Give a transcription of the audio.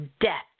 death